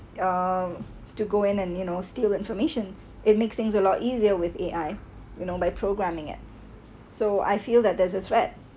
uh to go in and you know steal information it makes things a lot easier with A_I you know by programming it so I feel that there's a threat